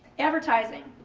advertising.